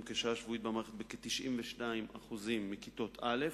במסגרת שעה שבועית במערכת בכ-92% מכיתות א'